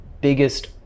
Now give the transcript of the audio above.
biggest